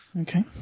Okay